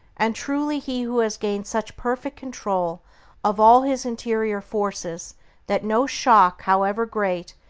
and truly he who has gained such perfect control of all his interior forces that no shock, however great,